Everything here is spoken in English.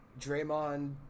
Draymond